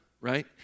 right